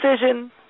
decision